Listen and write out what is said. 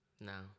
no